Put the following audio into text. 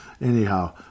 Anyhow